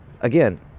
again